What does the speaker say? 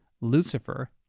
Lucifer